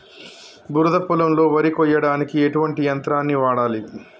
బురద పొలంలో వరి కొయ్యడానికి ఎటువంటి యంత్రాన్ని వాడాలి?